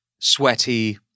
sweaty